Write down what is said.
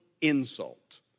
insult